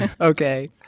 Okay